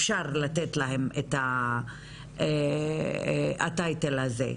אפשר לתת להם את הטייטל הזה,